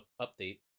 update